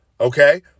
okay